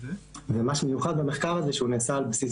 ומה שמיוחד במחקר הזה שהוא נעשה על בסיס